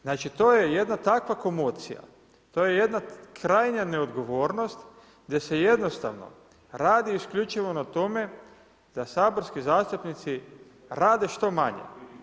Znači to je jedna takva komocija, to je jedna krajnja neodgovornost gdje se jednostavno radi isključivo na tome da saborski zastupnici rade što manje.